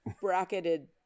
bracketed